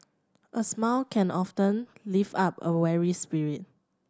a smile can often lift up a weary spirit